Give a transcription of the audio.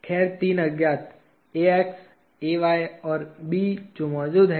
खैर तीन अज्ञात हैं B और और B जो मौजूद हैं